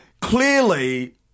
clearly